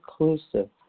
inclusive